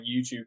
YouTube